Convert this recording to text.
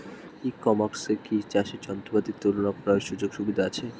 ই কমার্সে কি চাষের যন্ত্রপাতি তুলনা করার সুযোগ সুবিধা আছে?